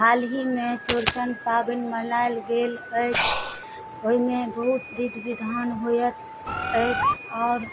हालहिमे चौरचन पाबनि मनायल गेल अछि ओहिमे बहुत विध विधान होइत अछि आओर